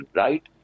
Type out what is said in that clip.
right